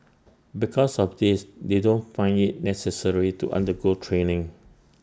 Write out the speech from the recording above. because of this they don't find IT necessary to undergo training